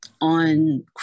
on